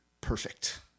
Perfect